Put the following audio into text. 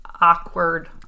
awkward